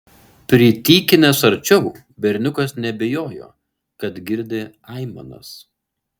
pritykinęs arčiau berniukas neabejojo kad girdi aimanas